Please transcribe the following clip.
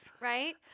Right